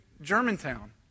Germantown